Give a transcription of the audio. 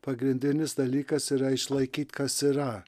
pagrindinis dalykas yra išlaikyt kas yra